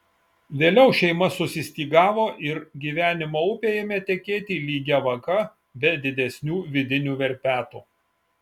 vėliau šeima susistygavo ir gyvenimo upė ėmė tekėti lygia vaga be didesnių vidinių verpetų